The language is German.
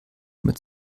mit